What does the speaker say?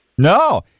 No